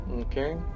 Okay